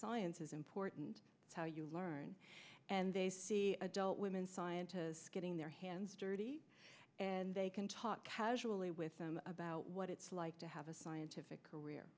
science is important how you learn and they see adult women scientists getting their hands dirty and they can talk casually with them about what it's like to have a scientific career